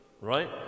right